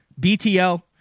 BTL